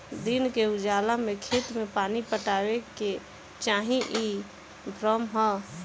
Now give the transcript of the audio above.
दिन के उजाला में खेत में पानी पटावे के चाही इ भ्रम ह